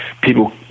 people